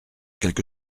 quelque